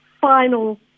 final